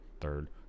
third